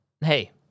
hey